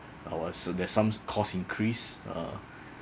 I was so there's some cost increase uh